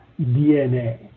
DNA